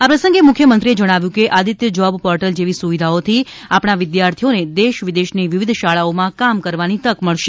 આ પ્રસંગે મુખ્યમંત્રીએ જણાવ્યું કે આદિત્ય જોબ પોર્ટલ જેવી સુવિધાઓથી આપણા વિદ્યાર્થીઓને દેશ વિદેશની વિવિધ શાળાઓમાં કામ કરવાની તક મળશે